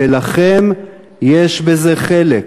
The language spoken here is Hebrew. ולכם יש בזה חלק,